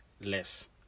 less